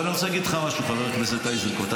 חבר הכנסת איזנקוט,